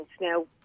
Now